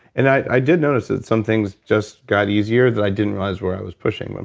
and i did notice that some things just got easier that i didn't realize where i was pushing,